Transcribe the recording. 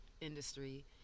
industry